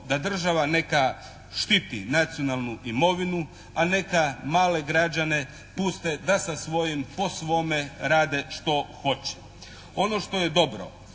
da država neka štiti nacionalnu imovinu, a neka male građane puste da sa svojim, po svome rade što hoće. Ono što je dobro